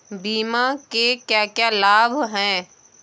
बीमा के क्या क्या लाभ हैं?